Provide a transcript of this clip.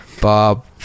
Bob